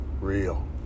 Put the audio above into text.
real